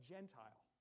Gentile